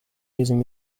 using